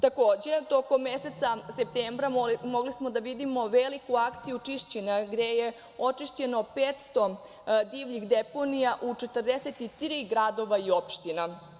Takođe, tokom meseca septembra mogli smo da vidimo veliku akciju čišćenja, gde je očišćeno 500 divljih deponija u 43 grada i opština.